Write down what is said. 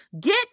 get